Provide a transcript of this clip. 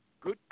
good